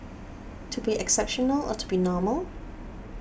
to be exceptional or to be normal